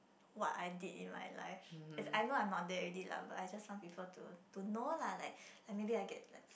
what I did in my life as in I know I'm not there already lah but I just want people to to know lah like like maybe I get like